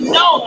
no